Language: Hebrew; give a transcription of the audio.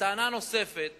טענה נוספת